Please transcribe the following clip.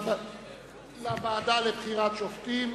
לוועדה לבחירת שופטים,